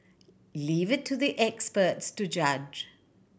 leave it to the experts to judge